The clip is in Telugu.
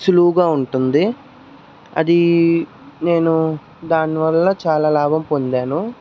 సులువుగా ఉంటుంది అది నేను దాని వల్ల చాలా లాభం పొందాను